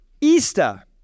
Easter